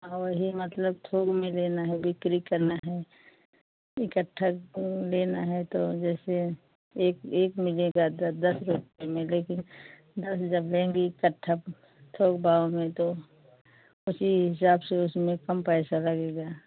और ही मतलब थोक में लेना है बिक्री करना है इकट्ठा लेना है तो जैसे एक एक मिलेगा दस दस रुपये में लेकिन दस जब लेंगी तब थोक भाव में तो उसी हिसाब से उसमें कम पैसा लगेगा